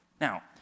Now